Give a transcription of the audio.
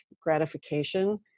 gratification